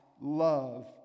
love